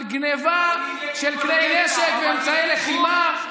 על גנבה של כלי נשק ואמצעי לחימה?